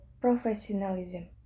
professionalism